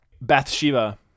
Bathsheba